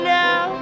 now